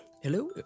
Hello